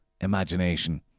imagination